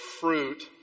fruit